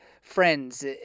friends